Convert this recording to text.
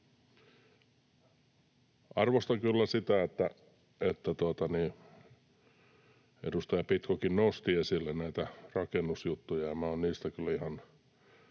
Arvostan kyllä sitä, että edustaja Pitkokin nosti esille näitä rakennusjuttuja,